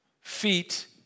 Feet